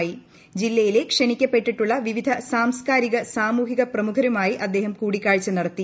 ് ജില്ലയിലെ ക്ഷണിക്കപ്പെട്ടിട്ടുള്ള വിവിധ സാംസ്കാരിക സാമൂഹിക പ്രമുഖരുമായി അദ്ദേഹം കൂടിക്കാഴ്ച നടത്തി